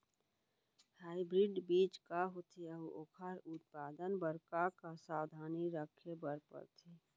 Hybrid बीज का होथे अऊ ओखर उत्पादन बर का का सावधानी रखे बर परथे?